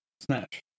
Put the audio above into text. Snatch